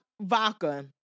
Vodka